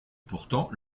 pourtant